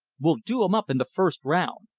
we'll do em up in the first round!